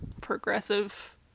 progressive